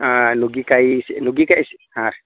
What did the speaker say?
ಹಾಂ ನುಗ್ಗೆಕಾಯಿ ಸಿ ನುಗ್ಗೆಕಾಯಿ ಸಿ ಹಾಂ